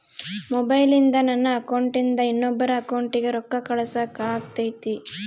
ಮೊಬೈಲಿಂದ ನನ್ನ ಅಕೌಂಟಿಂದ ಇನ್ನೊಬ್ಬರ ಅಕೌಂಟಿಗೆ ರೊಕ್ಕ ಕಳಸಾಕ ಆಗ್ತೈತ್ರಿ?